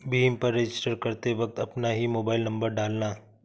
भीम पर रजिस्टर करते वक्त अपना ही मोबाईल नंबर डालना